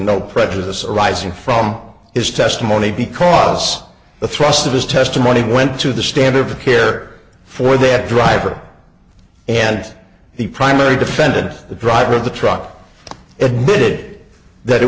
no prejudice arising from his testimony because the thrust of his testimony went to the standard of care for the driver and the primary defendant the driver of the truck admitted that it